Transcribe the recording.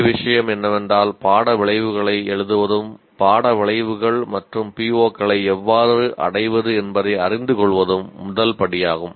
முக்கிய விஷயம் என்னவென்றால் பாட விளைவுகளை எழுதுவதும் பாட விளைவுகள் மற்றும் POக்களை எவ்வாறு அடைவது என்பதை அறிந்து கொள்வதும் முதல் படியாகும்